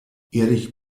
erich